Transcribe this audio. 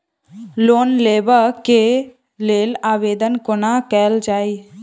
Loan लेबऽ कऽ लेल आवेदन कोना कैल जाइया?